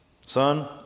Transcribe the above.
Son